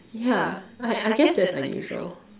yeah I I guess that's unusual